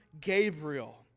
Gabriel